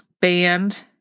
band